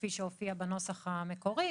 כפי שהופיע בנוסח המקורי,